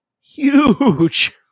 huge